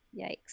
Yikes